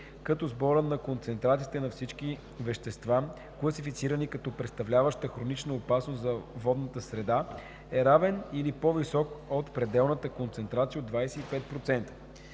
като сборът на концентрациите на всички вещества, класифицирани като представляващи хронична опасност за водната среда, е равен или по-висок от пределната концентрация от 25%.